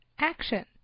action